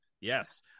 Yes